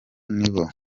nibo